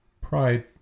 Pride